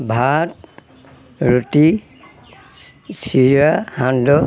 ভাত ৰুটি চিৰা সান্দহ